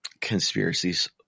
conspiracies